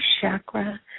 chakra